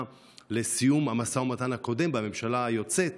לסיום המשא ומתן הקודם בממשלה היוצאת,